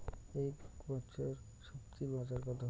এ বছর স্বজি বাজার কত?